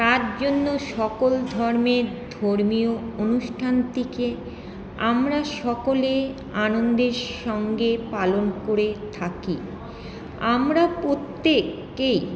তার জন্য সকল ধর্মের ধর্মীয় অনুষ্ঠানটিকে আমরা সকলে আনন্দের সঙ্গে পালন করে থাকি আমরা প্রত্যেককেই